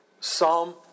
Psalm